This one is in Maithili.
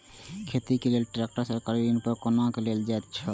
खेती के लेल ट्रेक्टर सरकारी ऋण पर कोना लेल जायत छल?